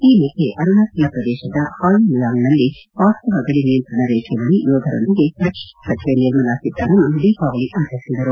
ಈ ಮಧ್ಯೆ ಅರುಣಾಜಲ ಪ್ರದೇಶದ ಪಾಯುಲಿಯಾಂಗ್ನಲ್ಲಿ ವಾಸ್ತವ ಗಡಿ ನಿಯಂತ್ರಣ ರೇಖೆ ಬಳಿ ಯೋಧರೊಂದಿಗೆ ರಕ್ಷಣಾ ಸಚಿವೆ ನಿರ್ಮಲಾ ಸೀತಾರಾಮನ್ ದೀಪಾವಳಿ ಆಚರಿಸಿದರು